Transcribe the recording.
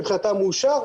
מבחינתם מאושר,